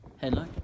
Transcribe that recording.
Hello